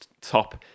top